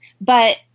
But-